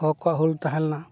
ᱦᱳ ᱠᱚᱣᱟᱜ ᱦᱩᱞ ᱛᱟᱦᱮᱸᱞᱮᱱᱟ